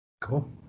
Cool